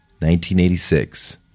1986